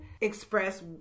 express